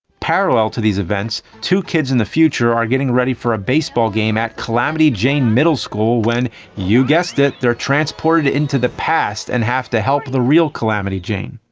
parallel to these events, two kids in the future are getting ready for a baseball game at calamity jane middle school, when you guessed it. they're transported into the past and have to help the real calamity jane.